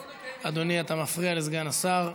אדוני היושב-ראש, עוד פעם אין שר.